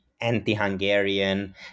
anti-Hungarian